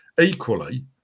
Equally